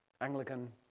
Anglican